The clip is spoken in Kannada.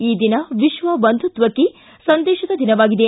ಈ ದಿನ ವಿತ್ವ ಬಂಧುತ್ವಕ್ಷೆ ಸಂದೇಶದ ದಿನವಾಗಿದೆ